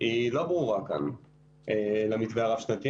היא לא ברורה כאן למתווה הרב-שנתי,